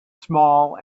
small